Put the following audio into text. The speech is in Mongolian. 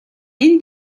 энд